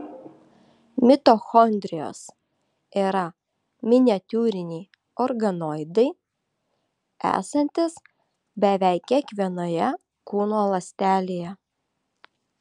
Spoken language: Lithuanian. mitochondrijos yra miniatiūriniai organoidai esantys beveik kiekvienoje kūno ląstelėje